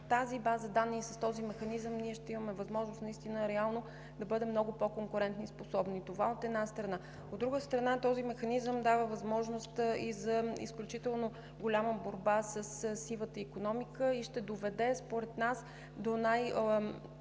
тази база данни и с този механизъм ние ще имаме възможност наистина реално да бъдем много по-конкурентоспособни. Това е от една страна. От друга страна, този механизъм дава възможност и за изключително голяма борба със сивата икономика и ще доведе според нас до